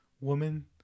woman